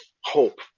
hope